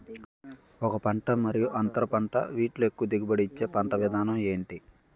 ఒక పంట మరియు అంతర పంట వీటిలో ఎక్కువ దిగుబడి ఇచ్చే పంట విధానం ఏంటి?